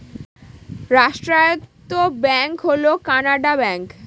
রাষ্ট্রায়ত্ত ব্যাঙ্ক হল কানাড়া ব্যাঙ্ক